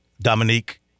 Dominique